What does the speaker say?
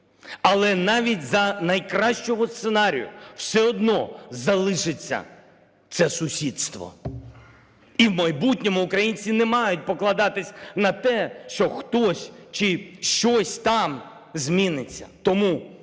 Але навіть за найкращого сценарію все одно залишиться це сусідство і в майбутньому українці не мають покладатись на те, що хтось чи щось там зміниться.